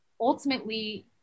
ultimately